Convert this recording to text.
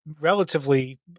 relatively